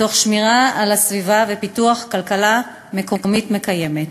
תוך שמירה על הסביבה ופיתוח כלכלה מקומית מקיימת,